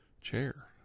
chair